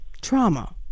trauma